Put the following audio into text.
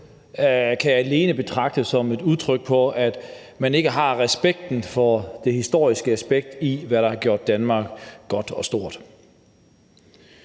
kan det alene betragtes som et udtryk for, at man ikke har respekt for det historiske aspekt og for, hvad der har gjort Danmark godt og stort.